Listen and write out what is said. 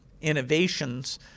innovations